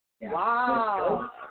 Wow